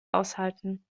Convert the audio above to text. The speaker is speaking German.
aushalten